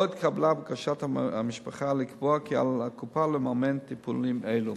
לא התקבלה בקשת המשפחה לקבוע כי על הקופה לממן טיפולים אלה.